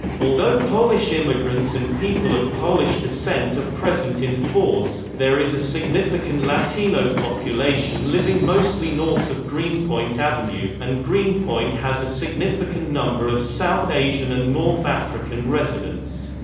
although polish immigrants and people of polish descent are present in force, there is a significant latino population living mostly north of greenpoint avenue, and greenpoint has a significant number of south asian and north african residents.